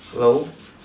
hello